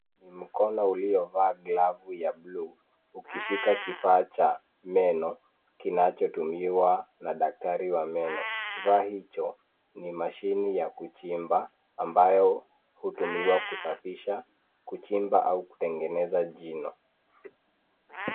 Ni mkono uliovaa glavu ya buluu ukishika kifaa cha meno kinacho tumiwa na daktari wa meno. Kifaa hicho ni mashine ya kuchimba ambayo hutumiwa kusafisha, kuchimba au kutengeneza jino.